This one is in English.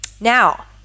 Now